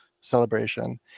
celebration